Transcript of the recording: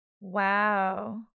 Wow